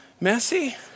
messy